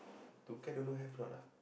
True Care don't know have or not ah